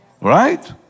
Right